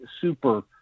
super